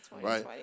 Right